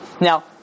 Now